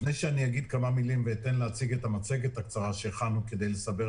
לפני שאני אגיד כמה מילים ואציג את המצגת הקצרה שהכנו כדי לסבר